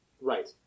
Right